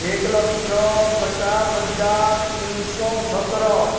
ଏକ ଲକ୍ଷ ପଚାଶ ହଜାର ତିନି ଶହ ସତର